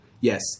Yes